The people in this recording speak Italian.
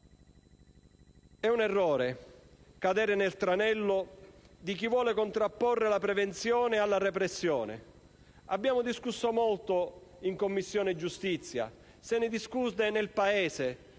È un errore cadere nel tranello di chi vuole contrapporre la prevenzione alla repressione. Abbiamo discusso molto in Commissione giustizia, se ne discute nel Paese